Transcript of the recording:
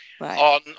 On